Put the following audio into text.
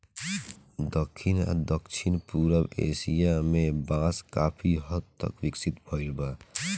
दखिन आ दक्षिण पूरब एशिया में बांस काफी हद तक विकसित भईल बा